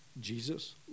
Jesus